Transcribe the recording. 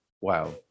Wow